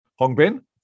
Hongbin